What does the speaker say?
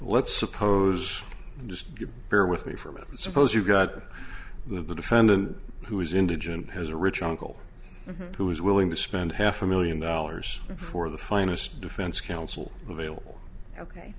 let's suppose just get bear with me for a minute suppose you got the defendant who is indigent has a rich uncle who is willing to spend half a million dollars for the finest defense counsel available ok